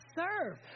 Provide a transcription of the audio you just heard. serve